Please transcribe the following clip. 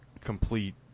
complete